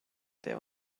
der